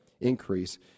increase